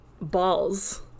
balls